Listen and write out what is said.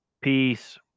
peace